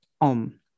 om